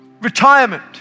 retirement